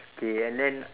okay and then